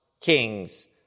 kings